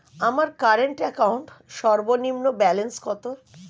আমার current account সর্বনিম্ন balance কত?